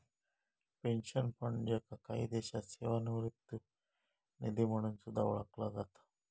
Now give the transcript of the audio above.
pension fund, ज्याका काही देशांत सेवानिवृत्ती निधी म्हणून सुद्धा ओळखला जाता